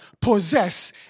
possess